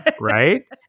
Right